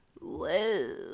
Whoa